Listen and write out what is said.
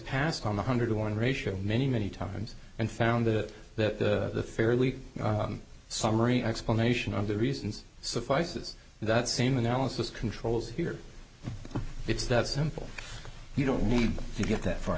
passed on one hundred to one ratio many many times and found that that the fairly summary explanation of the reasons suffices that same analysis controls here it's that simple you don't need to get that far